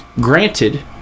Granted